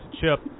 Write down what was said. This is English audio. Chip